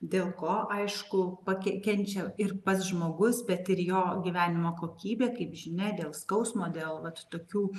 dėl ko aišku pake kenčia ir pats žmogus bet ir jo gyvenimo kokybė kaip žinia dėl skausmo dėl vat tokių